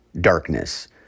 darkness